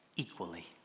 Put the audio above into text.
Equally